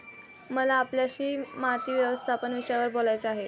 मला आपल्याशी माती व्यवस्थापन विषयावर बोलायचे आहे